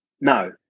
no